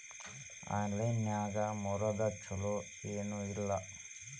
Online ನಾಗ್ ಮಾರೋದು ಛಲೋ ಏನ್ ಇಲ್ಲ?